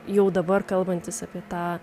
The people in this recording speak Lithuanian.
jau dabar kalbantis apie tą